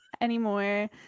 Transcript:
anymore